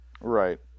Right